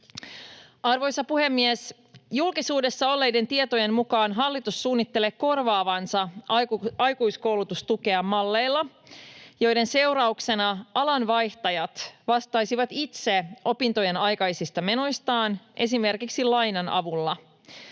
Arvoisa puhemies! Julkisuudessa olleiden tietojen mukaan hallitus suunnittelee korvaavansa aikuiskoulutustukea malleilla, joiden seurauksena alanvaihtajat vastaisivat itse opintojen aikaisista menoistaan esimerkiksi lainan avulla,